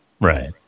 Right